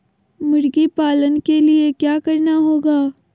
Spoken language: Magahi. मुर्गी पालन के लिए क्या करना होगा?